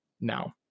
now